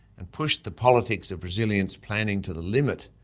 and pushed the politics of resilience planning to the limit